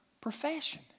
profession